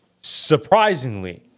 surprisingly